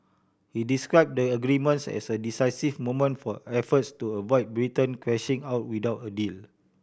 he described the agreements as a decisive moment for efforts to avoid Britain crashing out without a deal